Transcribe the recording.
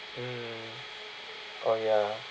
mm oh ya